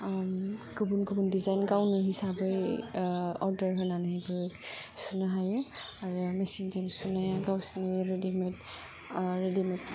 गोबाव गोबाव डिजाइन गावनि हिसाबै अर्डार होनानैबो सुनो हायो आरो मेशिनजों सुनाया गावसोरनि रेडिमेड रेडिमेड